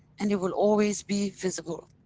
and it will always be visible.